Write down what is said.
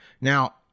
Now